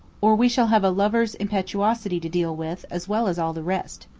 or we shall have a lover's impetuosity to deal with as well as all the rest.